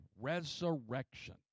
Resurrection